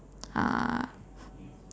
uh